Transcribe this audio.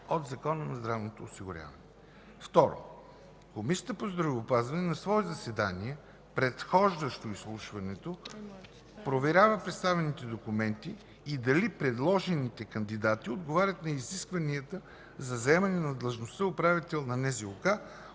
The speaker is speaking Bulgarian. от Закона за здравното осигуряване. 2. Комисията по здравеопазването на свое заседание, предхождащо изслушването, проверява представените документи и дали предложените кандидати отговарят на изискванията за заемане на длъжността управител на